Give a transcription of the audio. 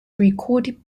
recorded